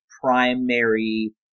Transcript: primary